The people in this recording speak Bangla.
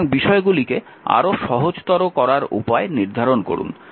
সুতরাং বিষয়গুলিকে আরও সহজতর করার উপায় নির্ধারণ করুন